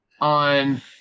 on